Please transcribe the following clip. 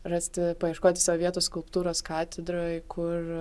rasti paieškoti sau vietos skulptūros katedroj kur